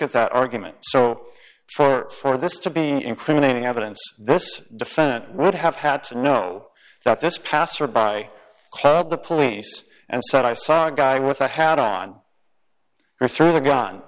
at that argument so for this to being incriminating evidence this defendant would have had to know that this passer by club the police and said i saw a guy with a hat on or through a gun